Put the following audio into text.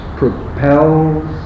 propels